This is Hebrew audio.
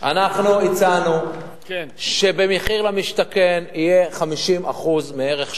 אנחנו הצענו שבמחיר למשתכן יהיה 50% מערך שמאי,